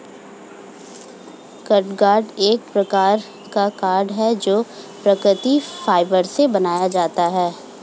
catgut एक प्रकार का कॉर्ड है जो प्राकृतिक फाइबर से बनाया जाता है